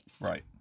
Right